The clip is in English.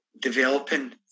developing